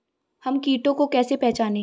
हम कीटों को कैसे पहचाने?